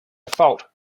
default